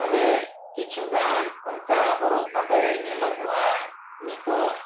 ᱛᱚᱵᱮ ᱠᱤᱪᱷᱩ ᱜᱟᱱ ᱚᱱᱠᱟ ᱦᱚᱨᱚᱜ ᱵᱟᱸᱫᱮ ᱨᱮ ᱧᱮᱞᱚᱜᱚᱜᱼᱟ ᱱᱤᱛᱳᱜ